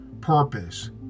purpose